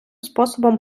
способом